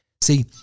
See